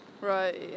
Right